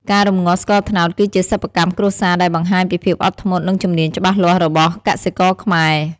ការរំងាស់ស្ករត្នោតគឺជាសិប្បកម្មគ្រួសារដែលបង្ហាញពីភាពអត់ធ្មត់ និងជំនាញច្បាស់លាស់របស់កសិករខ្មែរ។